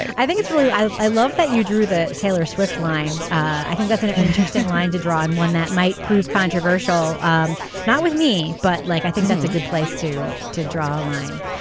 i think it's really i i love that you drew the taylor swift line. i think that's an interesting line to draw on one that might prove controversial um not with me but like i think that's a good place to to draw a line.